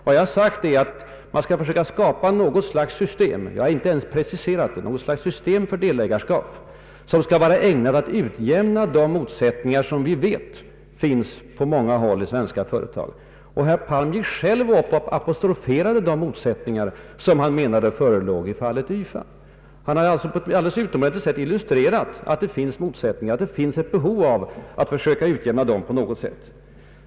Vad jag har sagt är att vi bör försöka skapa något slags system — jag har inte ens preciserat det — för delägarskap som skall vara ägnat att utjämna de motsättningar som veterligen finns på många håll i svenska företag. Herr Palm pekade själv på motsättningar som han menade förelåg i fallet YFA. Han har alltså på ett utmärkt sätt demonstrerat att det råder motsättningar, och att det finns ett behov att utjämna dem på något sätt.